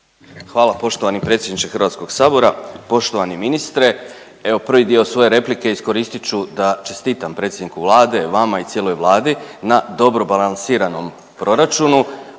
Hvala poštovani predsjedniče Hrvatskog sabora, poštovani ministre. Evo prvi dio svoje replike iskoristit ću da čestitam predsjedniku Vlade, vama i cijeloj Vladi na dobro balansiranom proračunu,